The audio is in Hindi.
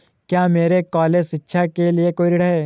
क्या मेरे कॉलेज शिक्षा के लिए कोई ऋण है?